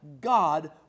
God